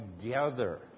together